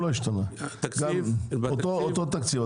לא השתנה, אותו תקציב.